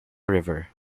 river